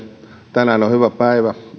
tänään on hyvä päivä